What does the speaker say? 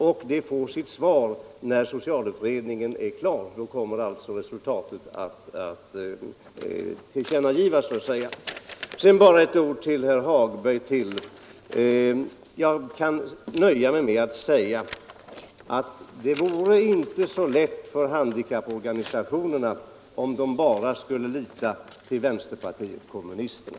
Frågan kommer att få sitt svar när socialutredningen är klar; då kommer resultatet att tillkännagivas. När det gäller herr Hagberg i Borlänge kan jag nöja mig med att säga all det inte vore så lätt för handikapporganisationerna om de bara skulle lita till vänsterpartiet kommunisterna.